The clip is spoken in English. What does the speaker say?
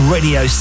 Radio